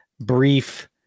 brief